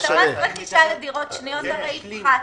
זה משנה כי את מס הרכישה לדירות שניות הרי הפחתתם.